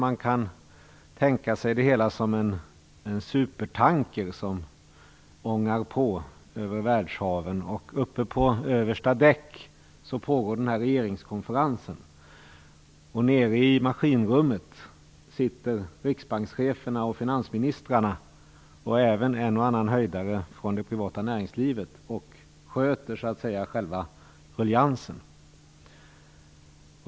Man kan tänka sig det hela som en supertanker som ångar på över världshaven. På översta däck pågår regeringskonferensen och nere i maskinrummet sitter riksbankscheferna och finansministrarna och en och annan höjdare från det privata näringslivet och sköter själva ruljangsen.